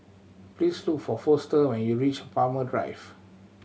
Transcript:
please look for Foster when you reach Farrer Drive